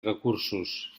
recursos